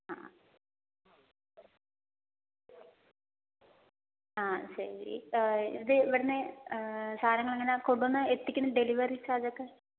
ആ ആ ശരി ഇത് ഇവിടെ നിന്ന് സാധനങ്ങൾ എങ്ങനെയാണ് കൊണ്ടുവന്ന് എത്തിക്കുന്ന ഡെലിവെറി ചാർജൊക്കെ